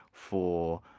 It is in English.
for